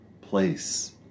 place